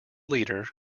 leader